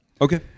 Okay